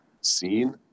seen